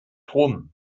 rum